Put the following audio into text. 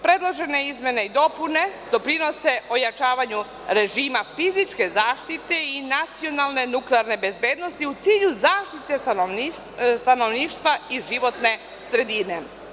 Predložene izmene i dopune doprinose ojačavanju režima fizičke zaštite i nacionalne nuklearne bezbednosti, u cilju zaštite stanovništva i životne sredine.